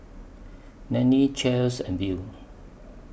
Nannie Chace and Beau